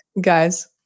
guys